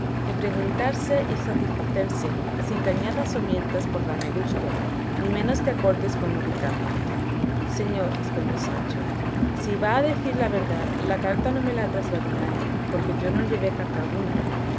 de preguntarse y satisfacerse sin que añadas o mientas por darme gusto ni menos te acortes por no quitármele señor respondió sancho si va a decir la verdad la carta no me la trasladó nadie porque yo no llevé carta alguna